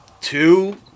two